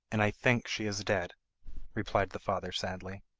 and i think she is dead replied the father sadly.